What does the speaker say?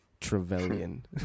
Trevelyan